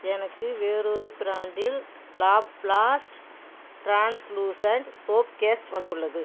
எனக்கு வேறொரு பிராண்டில் லாப்ளாஸ்ட் டிரான்ஸ்லூசன்ட் சோப் கேஸ் வந்துள்ளது